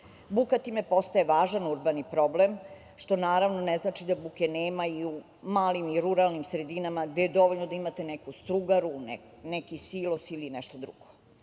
Buka time postaje važan urbani problem, što naravno ne znači da buke nema i u malim i ruralnim sredinama gde je dovoljno da imate neku strugaru, neki silos ili nešto drugo. Po